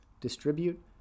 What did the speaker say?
distribute